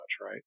right